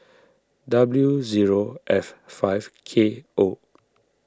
W zero F five K O